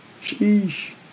sheesh